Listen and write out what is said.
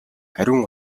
ариун